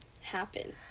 happen